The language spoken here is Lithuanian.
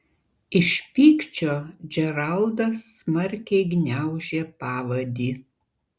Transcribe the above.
iš pykčio džeraldas smarkiai gniaužė pavadį